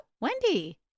Wendy